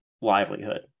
livelihood